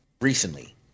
recently